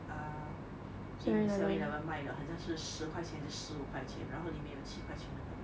err in Seven Eleven 卖的好像是十块钱还是十五块钱然后里面有七块钱的 value